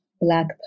black